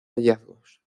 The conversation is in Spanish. hallazgos